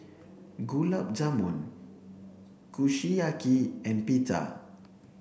Gulab Jamun Kushiyaki and Pita